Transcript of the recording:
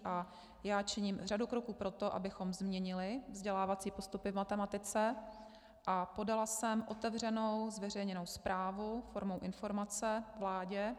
A já činím řadu kroků pro to, abychom změnili vzdělávací postupy v matematice, a podala jsem otevřenou zveřejněnou zprávu formou informace vládě.